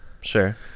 Sure